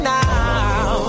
now